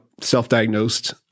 self-diagnosed